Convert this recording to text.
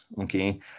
Okay